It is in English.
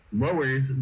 lowers